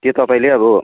त्यो तपाईँले अब